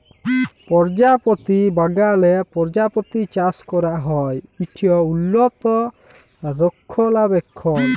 পরজাপতি বাগালে পরজাপতি চাষ ক্যরা হ্যয় ইট উল্লত রখলাবেখল